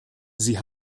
sie